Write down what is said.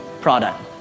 product